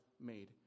made